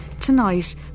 Tonight